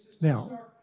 Now